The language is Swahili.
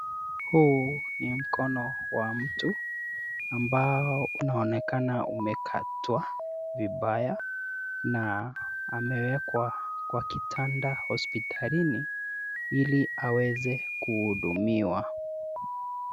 Huu ni mkono wa mtu ambao unaonekana umekatwa vibaya na amewekwa kwa kitanda hospitalini ili aweze kuhudumiwa.